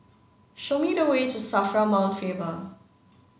show me the way to SAFRA Mount Faber